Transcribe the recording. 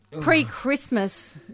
pre-Christmas